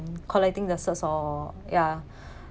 collecting the certs or ya